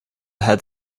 had